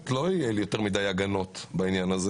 לא יהיו לי יותר מדי הגנות בעניין הזה